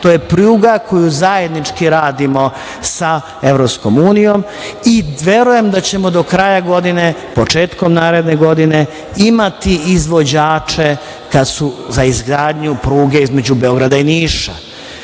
To je pruga koju zajednički radimo sa EU i verujem da ćemo do kraja godine, početkom naredne godine imati izvođače za izgradnju pruge između Beograda i Niša. Do